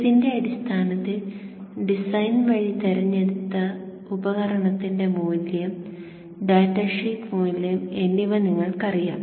ഇതിന്റെ അടിസ്ഥാനത്തിൽ ഡിസൈൻ വഴി തിരഞ്ഞെടുത്ത ഉപകരണത്തിന്റെ മൂല്യം ഡാറ്റ ഷീറ്റ് മൂല്യം എന്നിവ നിങ്ങൾക്കറിയാം